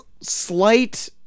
slight